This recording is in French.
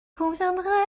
conviendrait